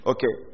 Okay